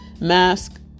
mask